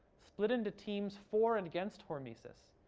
split into teams for and against hormesis,